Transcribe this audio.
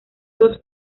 dos